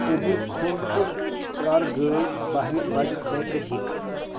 اُوبر کھول تہٕ کر گٲڑۍ بہہِ بجہِ خٲطرٕ بُک